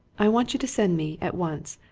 i want you to send me, at once,